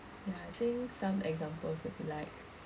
ya I think some examples would be like